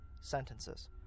sentences